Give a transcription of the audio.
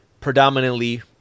predominantly